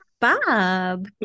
Bob